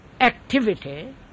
activity